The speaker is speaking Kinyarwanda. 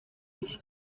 iki